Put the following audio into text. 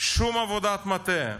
שום עבודת מטה.